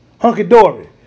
Hunky-dory